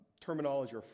terminology